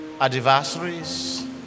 adversaries